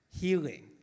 healing